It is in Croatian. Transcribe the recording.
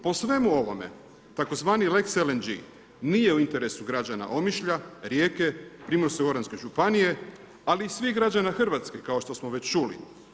Po svemu ovome tzv. lex LNG nije u interesu građana Omišlja, Rijeke, Primorske goranske županije ali i svih građana Hrvatske, kao što smo već čuli.